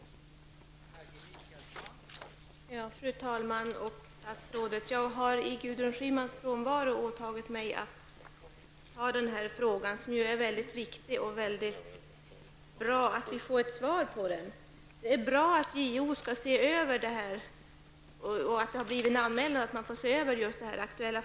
Då Gudrun Schyman, som framställt frågan, anmält att hon var förhindrad att närvara vid sammanträdet, medgav förste vice talmannen att